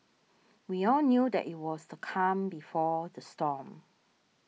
we all knew that it was the calm before the storm